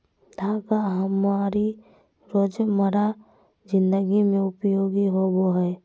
धागा हमारी रोजमर्रा जिंदगी में उपयोगी होबो हइ